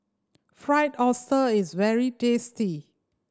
Fried Oyster is very tasty